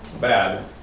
bad